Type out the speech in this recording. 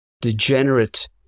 degenerate